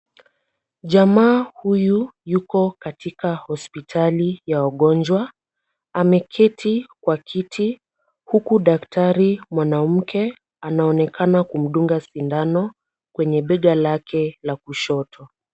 Jamaa huyu yuko katika hospitali ya wagonjwa. Ameketi kwa kiti huku daktari mwanamke anaonekana kumdunga sindano kwenye bega lake la kushoto.